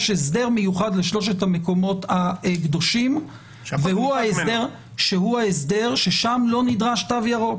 יש הסדר מיוחד לשלושת המקומות הקדושים שהוא ההסדר ששם לא נדרש תו ירוק.